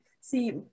see